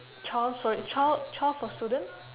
trial sorry trial trial for student